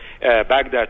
Baghdad